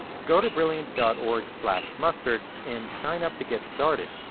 go to brilliant dot org slash mustard and sign up to get started.